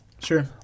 sure